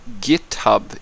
GitHub